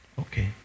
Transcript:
Okay